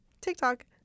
TikTok